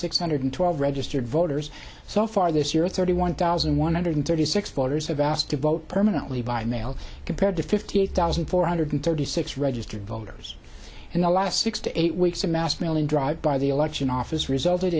six hundred twelve registered voters so far this year thirty one thousand one hundred thirty six voters have asked to vote permanently by mail compared to fifty eight thousand four hundred thirty six registered voters in the last six to eight weeks a mass mailing drive by the election office resulted